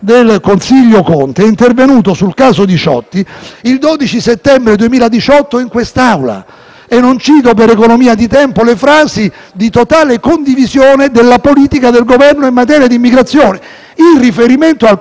E non cito, per economia di tempo, le frasi di totale condivisione della politica del Governo in materia di immigrazione in riferimento al caso Diciotti. Quelli che dicono che non ci sono gli atti di collegialità, dicono una castroneria,